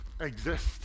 exist